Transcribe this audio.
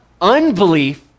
unbelief